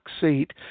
seat